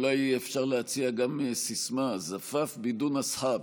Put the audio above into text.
אולי אפשר להציע גם סיסמה: (אומר בערבית: חתונה בלי חברים.)